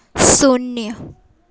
शून्य